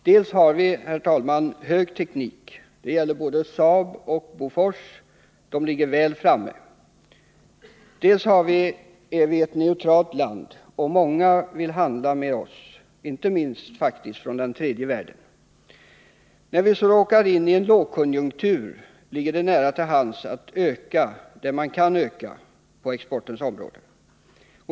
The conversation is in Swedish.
Dels har vi hög teknik — både Saab och Bofors ligger väl framme —, dels är vi ett neutralt land, och många vill handla med oss, inte minst länder i tredje världen. När vi så råkar in i en lågkonjunktur ligger det nära till hands att öka där så är möjligt på exportens område.